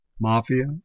mafia